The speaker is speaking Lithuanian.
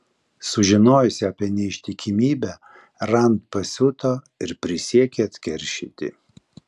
sužinojusi apie neištikimybę rand pasiuto ir prisiekė atkeršyti